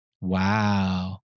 Wow